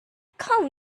come